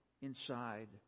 inside